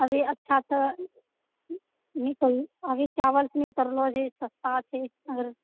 अभी अच्छासंँ की कहूँ अभी चावलके रेट छै उतरलहुँ अभी सस्ता छै